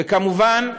וכמובן,